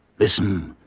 listen.